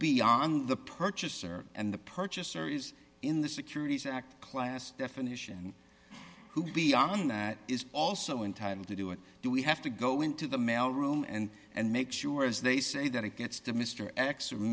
be on the purchaser and the purchaser is in the securities act class definition and who beyond that is also entitle to do it do we have to go into the mail room and and make sure as they say that it gets to mr